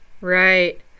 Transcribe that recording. Right